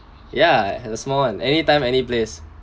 ya has a small one anytime anyplace